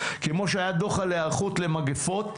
כמו שהיה דוח על היערכות למגפות,